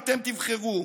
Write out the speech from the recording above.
ואתם תבחרו.